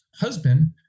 husband